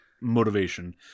motivation